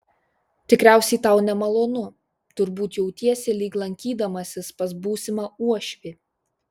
tikriausiai tau nemalonu turbūt jautiesi lyg lankydamasis pas būsimą uošvį